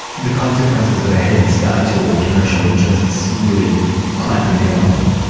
the consequences of a heavy state or commercial interests really clamping down on them.